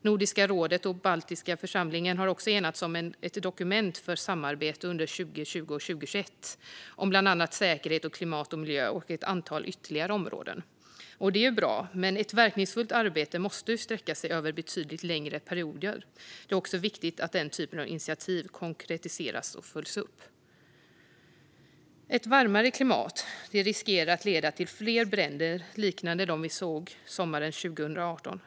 Nordiska rådet och Baltiska församlingen har också enats om ett dokument för samarbete under 2020 och 2021 om bland annat säkerhet, klimat, miljö och ett antal ytterligare områden. Det är bra. Men ett verkningsfullt arbete måste sträcka sig över betydligt längre perioder. Det är också viktigt att den typen av initiativ konkretiseras och följs upp. Ett varmare klimat riskerar att leda till fler bränder liknande dem vi såg sommaren 2018.